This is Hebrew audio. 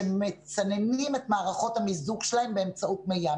שמצננים את מערכות המיזוג שלהם באמצעות מי ים.